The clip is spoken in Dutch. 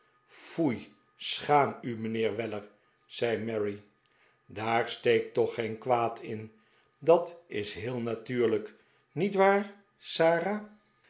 foei schaam u mijnheer weller zei mary daar steekt toch geen kwaad in dat is heel natuurlijk niet waar sara